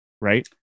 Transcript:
right